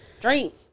Drink